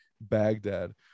Baghdad